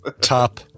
Top